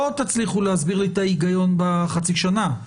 תצליחו להסביר לי את ההיגיון בחצי שנה.